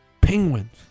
Penguins